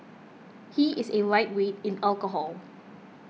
he is a lightweight in alcohol